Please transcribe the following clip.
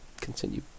continue